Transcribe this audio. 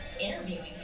interviewing